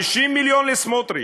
50 מיליון לסמוטריץ.